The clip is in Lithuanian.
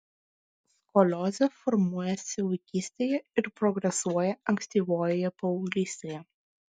skoliozė formuojasi vaikystėje ir progresuoja ankstyvoje paauglystėje